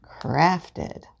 crafted